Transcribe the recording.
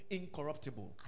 incorruptible